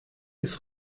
ist